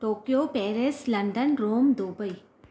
Tokyo Paris London Rome Dubai